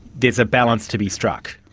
there's a balance to be struck.